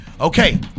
okay